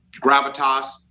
gravitas